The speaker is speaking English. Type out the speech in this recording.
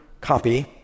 copy